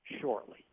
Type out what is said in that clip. shortly